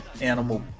animal